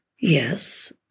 Yes